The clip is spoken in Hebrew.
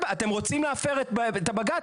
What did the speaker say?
אתם רוצים להפר את בג"ץ.